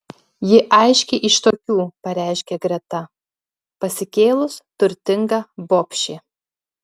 ji aiškiai iš tokių pareiškė greta pasikėlus turtinga bobšė